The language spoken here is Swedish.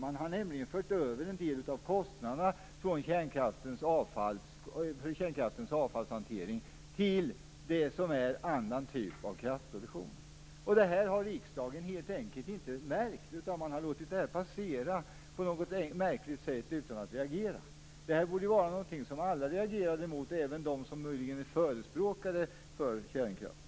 Man har nämligen fört över en del av kostnaderna för kärnkraftens avfallshantering till annan typ av kraftproduktion. Detta har riksdagen helt enkelt inte märkt. Riksdagen har låtit det passera på något märkligt sätt utan att reagera. Det borde vara någonting som alla reagerade emot - även de som möjligen är förespråkare för kärnkraft.